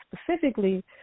specifically